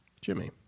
Jimmy